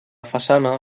façana